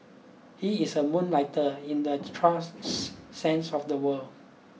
he is a moonlighter in the trusts sense of the world